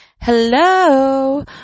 Hello